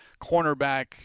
cornerback